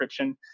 encryption